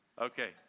Okay